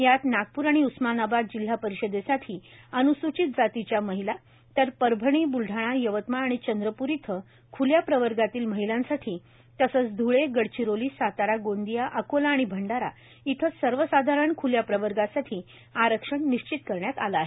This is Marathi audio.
यात नागपूर आणि उस्मानाबाद जिल्हा परिषदेसाठी अन्सूचित जातीच्या महिला तर परभणी ब्लढाणा यवतमाळ आणि चंद्रपूर इथं खुल्या प्रवर्गातील महिलांसाठी तसंच ध्ळे गडचिरोली सातारा गोंदिया अकोला आणि भंडारा इथं सर्वसाधारण खुल्या प्रवर्गासाठी आरक्षण निश्चित करण्यात आलं आहे